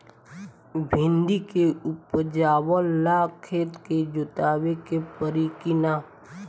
भिंदी के उपजाव ला खेत के जोतावे के परी कि ना?